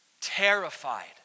terrified